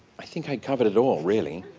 i think i covered it all, really.